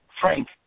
Frank